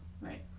Right